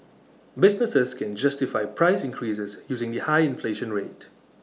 businesses can justify price increases using the high inflation rate